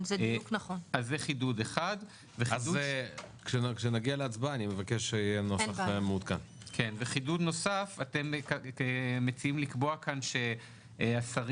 אגב, לגבי חמאה פתחו את הייבוא בהוראת שעה ואנחנו